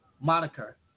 moniker